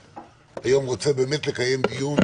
היום אני רוצה באמת לקיים דיון,